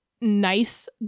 nice